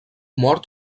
mort